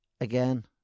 again